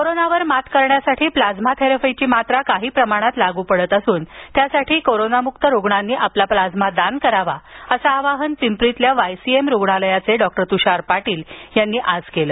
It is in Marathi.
कोरोनावर मात करण्यासाठी प्लाझ्मा थेरपीची मात्रा काही प्रमाणात लागू पडत असून त्यासाठी कोरोनामुक्त रुग्णांनी आपला प्लाझ्मा दान करावा असं आवाहन पिंपरीतील वायसीएम रुग्णालयाचे डॉक्टर तृषार पाटील यांनी आज केलं